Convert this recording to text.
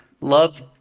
love